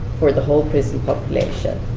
for the whole prison population.